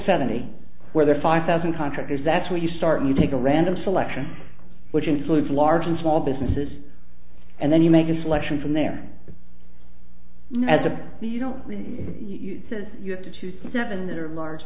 seventy where there are five thousand contractors that's where you start you take a random selection which includes large and small businesses and then you make a selection from there ned to me you know when you says you have to choose seven that are large